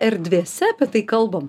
erdvėse apie tai kalbam